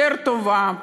יותר טובה,